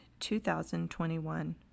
2021